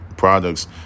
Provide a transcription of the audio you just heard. products